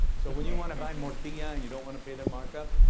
so, when you wanna buy morcilla and you don't wanna pay their markup,